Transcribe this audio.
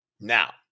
Now